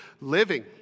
living